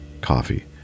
coffee